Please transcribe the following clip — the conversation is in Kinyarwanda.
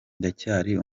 ndacyari